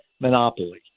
monopoly